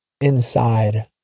inside